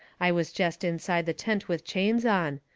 i was jest inside the tent with chains on.